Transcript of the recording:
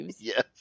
Yes